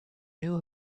knew